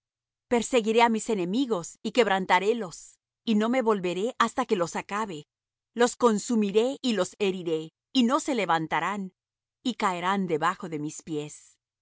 perseguiré á mis enemigos y quebrantarélos y no me volveré hasta que los acabe los consumiré y los heriré y no se levantarán y caerán debajo de mis pies